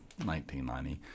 1990